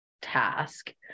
task